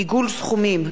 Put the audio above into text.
עיגול סכומים),